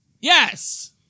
Yes